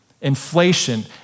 Inflation